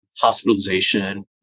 hospitalization